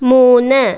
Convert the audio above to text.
മൂന്ന്